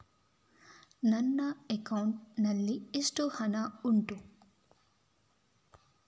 ನನ್ನ ಅಕೌಂಟ್ ನಲ್ಲಿ ಎಷ್ಟು ಹಣ ಉಂಟು?